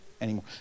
anymore